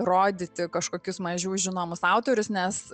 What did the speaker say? rodyti kažkokius mažiau žinomus autorius nes